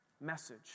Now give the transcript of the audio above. message